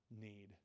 need